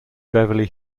beverly